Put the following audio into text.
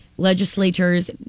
Legislators